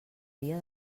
via